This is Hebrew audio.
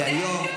כי היום,